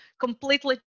completely